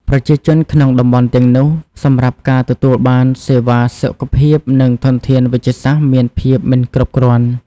ប្រជាជនក្នុងតំបន់ទាំងនោះ សម្រាប់ការទទួលបានសេវាសុខភាព និងធនធានវេជ្ជសាស្ត្រមានភាពមិនគ្រប់គ្រាន់។